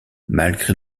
malgré